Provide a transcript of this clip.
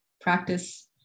practice